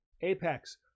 Apex